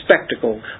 spectacle